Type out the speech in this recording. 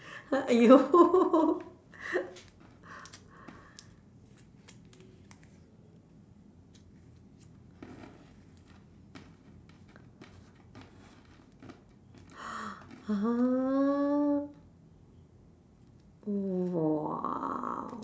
!aiyo! !huh! !wah!